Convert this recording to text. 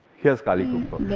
here's kallikuppam.